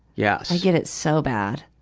yes. i get it so bad.